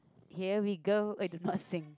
here we go I do not sing